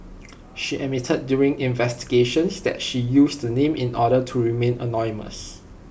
she admitted during investigations that she used the name in order to remain anonymous